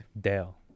Dale